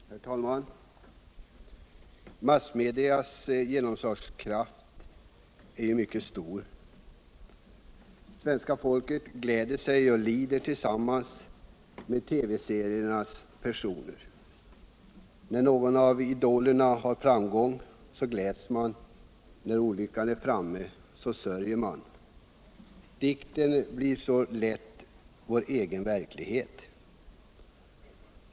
Herr talman! Massmedias genomslagskraft är mycket stor. Svenska folket gläder sig och lider tillsammans med TV-seriernas personer. När någon av idolerna har framgång, gläder vi oss. När olyckan är framme, sörjer vi. Dikten blir så lätt vår egen verklighet.